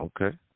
okay